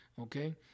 okay